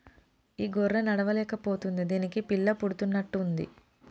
ఈ గొర్రె నడవలేక పోతుంది దీనికి పిల్ల పుడుతున్నట్టు ఉంది